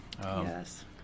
Yes